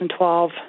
2012